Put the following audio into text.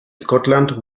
scotland